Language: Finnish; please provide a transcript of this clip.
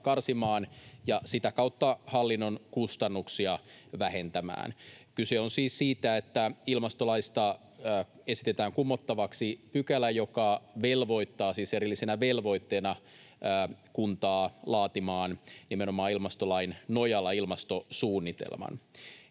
karsimaan ja sitä kautta hallinnon kustannuksia vähentämään. Kyse on siis siitä, että ilmastolaista esitetään kumottavaksi pykälä, joka velvoittaa — siis erillisenä velvoitteena — kuntaa laatimaan nimenomaan ilmastolain nojalla ilmastosuunnitelman.